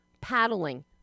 paddling